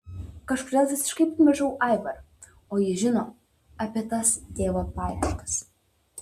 kažkodėl visiškai pamiršau aivarą o jis žino apie tas tėvo paieškas